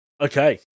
okay